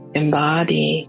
embody